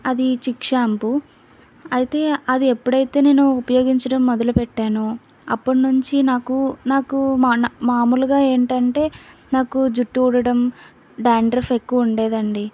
అది చిక్ షాంపూ అయితే అది ఎప్పుడైతే నేను ఉపయోగించడం మొదలుపెట్టానో అప్పటి నుంచి నాకు నాకు మాములుగా ఏంటంటే నాకు జుట్టు ఊడటం డాండ్రఫ్ ఎక్కువ ఉండేది అండి